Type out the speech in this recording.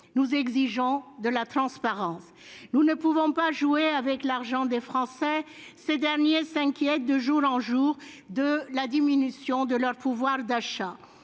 Nous exigeons de la transparence. Nous ne pouvons pas jouer avec l'argent des Français, qui s'inquiètent de jour en jour de la diminution de leur pouvoir d'achat.